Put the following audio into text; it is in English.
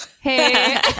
Hey